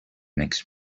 next